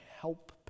help